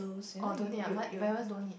oh don't need [ah]my parents don't need